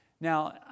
Now